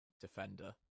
defender